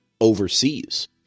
overseas